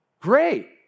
great